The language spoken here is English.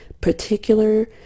particular